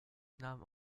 nahmen